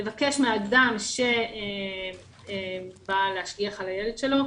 לבקש מאדם שבא להשגיח על הילד שלו,